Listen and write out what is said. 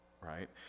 right